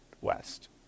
west